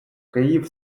київ